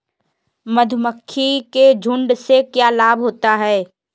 मधुमक्खी के झुंड से क्या लाभ होता है?